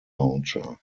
launcher